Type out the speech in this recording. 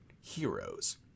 heroes